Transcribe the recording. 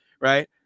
right